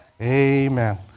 amen